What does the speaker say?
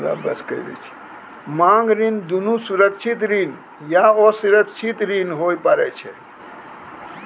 मांग ऋण दुनू सुरक्षित ऋण या असुरक्षित ऋण होय पारै छै